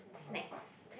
snacks